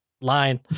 line